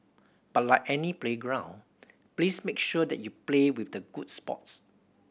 but like any playground please make sure that you play with the good sports